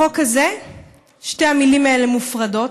בחוק הזה שתי המילים האלו מופרדות,